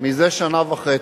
מזה שנה וחצי,